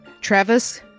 Travis